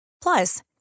Plus